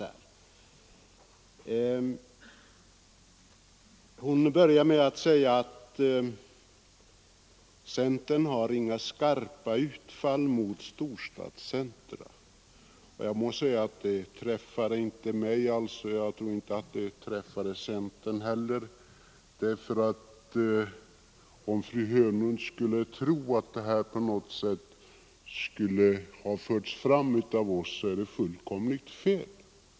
Fru Hörnlund började med att säga att centern inte gjort några skarpa utfall mot storstadsområdena. Det uttalandet träffar nu inte mig, och jag tror inte heller att det träffar centern. Om fru Hörnlund tror att det när vi påtalar storstadskoncentrationen är fråga om något storstadsfientligt, så är det fullkomligt fel.